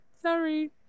sorry